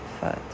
foot